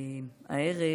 הערב,